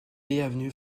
avenue